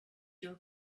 your